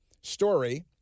story